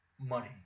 money